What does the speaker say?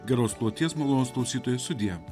geros kloties malonūs klausytojai sudie